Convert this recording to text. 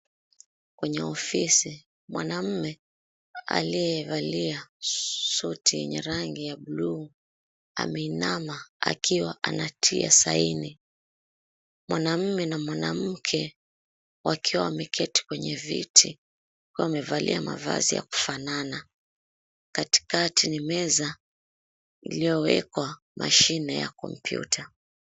Kwenye ofisi mwanamme, aliyevalia suti yenye rangi ya bluu, ameinama akiwa anatia saini. Mwanamume na mwanamke, wakiwa wameketi kwenye viti, wamevalia mavazi ya kufanana. Katikati ni meza iliyowekwa mashine ya kompyuta.